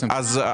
לא.